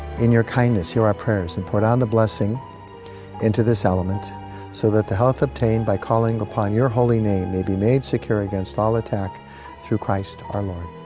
in your kindness hear our prayers and pour down the blessing into this element so that the health obtained by calling upon your holy name will be made secure against all attack through christ our lord,